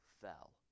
fell